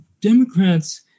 Democrats